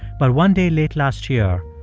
but one day late last year,